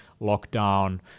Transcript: lockdown